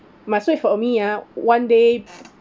must wait for me ah one day